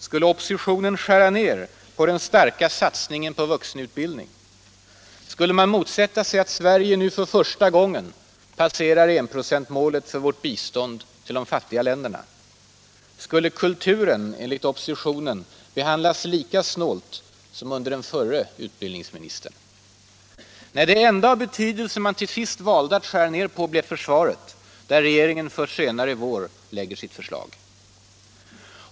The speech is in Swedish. Skulle oppositionen skära ner den starka satsningen på vuxenutbildningen? Skulle man motsätta sig att Sverige nu för första gången passerar enprocentsmålet för vårt bistånd till de fattiga länderna? Skulle kulturen enligt oppositionen behandlas lika snålt som under den förre utbildningsministern? Nej, det enda av betydelse man till sist valde att skära ner blev försvaret, där regeringen först senare i vår lägger sitt förslag.